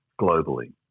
globally